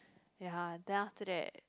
ya then after that